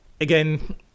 Again